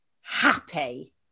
happy